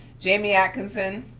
jamie atkinson.